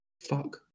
fuck